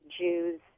Jews